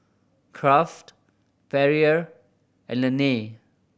Kraft Perrier and Laneige